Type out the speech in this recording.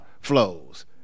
flows